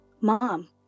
Mom